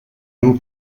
hem